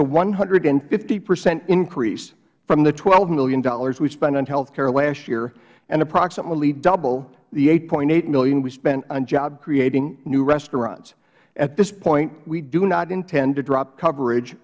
a one hundred and fifty percent increase from the twelve dollars million we spent on health care last year and approximately double the eight dollars eighty cents million we spent on job creating new restaurants at this point we do not intend to drop coverage